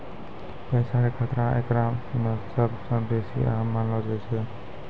पैसा के खतरा एकरा मे सभ से बेसी अहम मानलो जाय छै